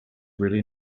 really